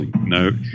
No